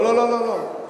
לא, לא, לא, לא, לא.